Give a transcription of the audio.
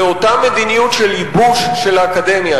ואותה מדיניות של ייבוש של האקדמיה,